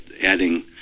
adding